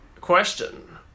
Question